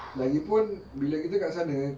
lagipun bila kita kat sana